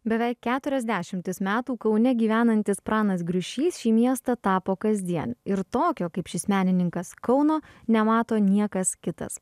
beveik keturias dešimtis metų kaune gyvenantis pranas griušys šį miestą tapo kasdien ir tokio kaip šis menininkas kauno nemato niekas kitas